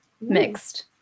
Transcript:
mixed